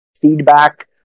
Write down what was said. feedback